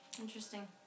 Interesting